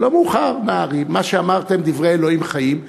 ולא מאוחר, נהרי, מה שאמרתם, דברי אלוהים חיים.